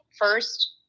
first